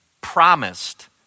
promised